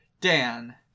Dan